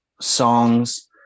songs